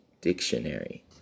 Dictionary